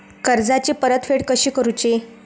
कर्जाची परतफेड कशी करुची?